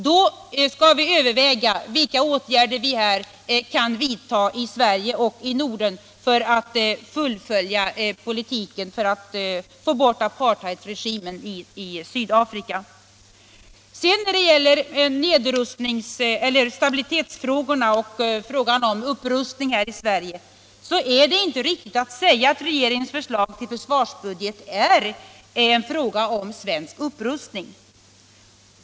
Då skall vi överväga vilka åtgärder vi kan vidta i Sverige och i Norden för att fullfölja strävandena att få bort apartheidregimen i Sydafrika. När det gäller stabilitetsfrågorna vill jag säga för det första att det inte är riktigt att påstå att regeringens förslag till försvarsbudget innebär svensk upprustning.